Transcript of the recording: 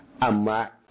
Ama